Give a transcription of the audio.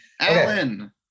Alan